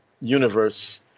universe